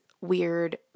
weird